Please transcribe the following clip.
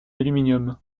aluminium